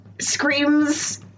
screams